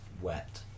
Wet